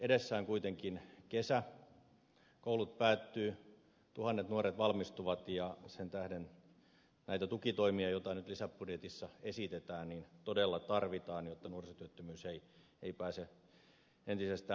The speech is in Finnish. edessä on kuitenkin kesä koulut päättyvät tuhannet nuoret valmistuvat ja sen tähden näitä tukitoimia joita nyt lisäbudjetissa esitetään todella tarvitaan jotta nuorisotyöttömyys ei pääse entisestään pahenemaan